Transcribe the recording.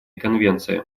конвенции